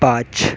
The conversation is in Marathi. पाच